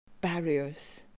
Barriers